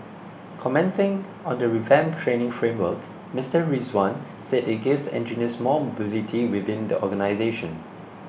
commenting on the revamped training framework Mister Rizwan said it gives engineers more mobility within the organisation